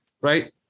right